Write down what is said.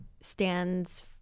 stands